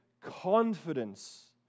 confidence